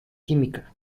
química